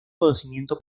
conocimiento